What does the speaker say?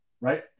Right